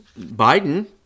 Biden